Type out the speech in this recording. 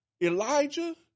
Elijah